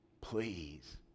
please